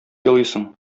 елыйсың